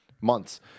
months